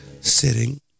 sitting